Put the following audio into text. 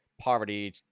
poverty